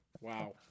wow